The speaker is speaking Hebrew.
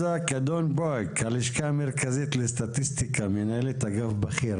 הלשכה המרכזית לסטטיסטיקה, מנהלת אגף בכיר.